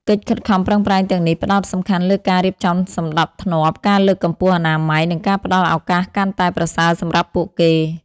កិច្ចខិតខំប្រឹងប្រែងទាំងនេះផ្តោតសំខាន់លើការរៀបចំសណ្តាប់ធ្នាប់ ការលើកកម្ពស់អនាម័យ និងការផ្តល់ឱកាសកាន់តែប្រសើរសម្រាប់ពួកគេ ។